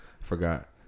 Forgot